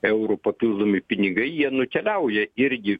eurų papildomi pinigai jie nukeliauja irgi